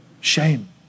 shame